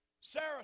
Sarah